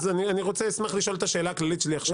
אז אני אשמח לשאול את השאלה הכללית שלי עכשיו,